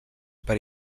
per